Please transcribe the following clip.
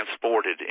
transported